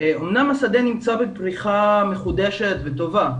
אמנם השדה נמצא בפריחה מחודשת וטובה,